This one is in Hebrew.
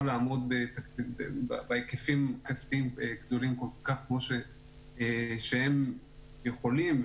לעמוד בהיקפים כספיים גדולים כל כך כפי שהם יכולים,